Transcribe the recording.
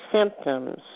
symptoms